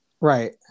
Right